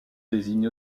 désigne